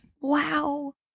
Wow